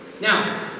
Now